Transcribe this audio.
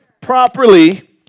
Properly